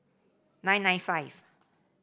nine nine five